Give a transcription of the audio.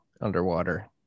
underwater